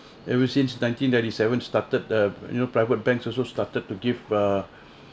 ever since nineteen ninety seven started uh you know private banks also started to give uh